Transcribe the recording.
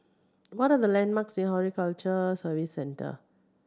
what are the landmarks near Horticulture Services Centre